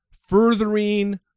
furthering